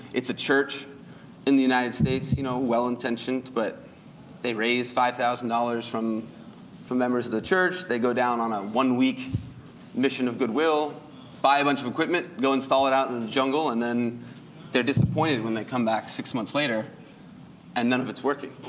it's a church in the united states, you know, well intentioned, but they raise five thousand dollars from the members of the church. they go down on them ah one week mission of goodwill buy a bunch of equipment, go install it out in the jungle and then they're disappointed when they come back six months later and none of its working.